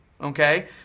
okay